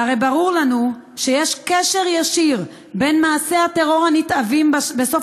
והרי ברור לנו שיש קשר ישיר בין מעשי הטרור הנתעבים בסוף